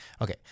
okay